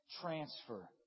transfer